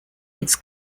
its